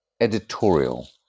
editorial